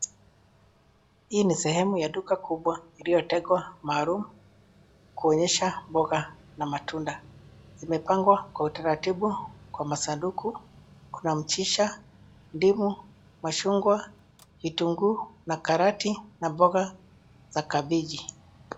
Hii ni sehemu ya duka kubwa iliyotegwa maalumu kuonyesha mboga na matunda. Imepangwa kwa utaratibu kwa masanduku. Kuna mchicha, ndimu, machungwa, vitunguu, na karati , na mboga za kabiji.